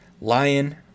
lion